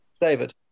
David